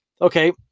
Okay